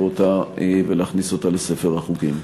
ולהכניסה לספר החוקים.